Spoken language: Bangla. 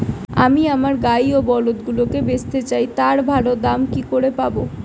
আমি আমার গাই ও বলদগুলিকে বেঁচতে চাই, তার ভালো দাম কি করে পাবো?